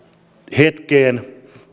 hetkeen